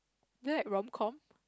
there rom-com